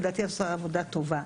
לדעתי את עושה עבודה טובה,